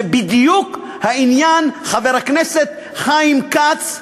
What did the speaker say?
זה בדיוק העניין, חבר הכנסת חיים כץ,